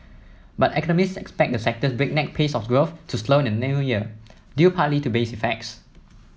but economists expect the sector's breakneck pace of growth to slow in the New Year due partly to base effects